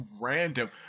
random